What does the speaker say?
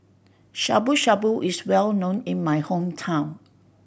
Shabu Shabu is well known in my hometown